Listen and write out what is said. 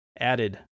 added